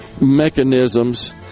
mechanisms